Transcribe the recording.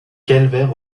calvaire